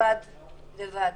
לבד לבד.